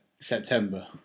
September